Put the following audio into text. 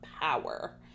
power